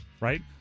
right